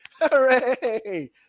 Hooray